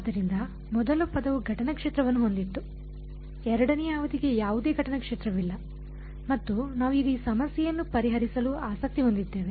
ಆದ್ದರಿಂದ ಮೊದಲ ಪದವು ಘಟನಾ ಕ್ಷೇತ್ರವನ್ನು ಹೊಂದಿತ್ತು ಎರಡನೆಯ ಅವಧಿಗೆ ಯಾವುದೇ ಘಟನಾ ಕ್ಷೇತ್ರವಿಲ್ಲ ಮತ್ತು ನಾವು ಈಗ ಈ ಸಮಸ್ಯೆಯನ್ನು ಪರಿಹರಿಸಲು ಆಸಕ್ತಿ ಹೊಂದಿದ್ದೇವೆ